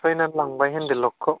सिफायनानै लांबाय हेन्देल ल'कखौ